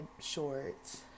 shorts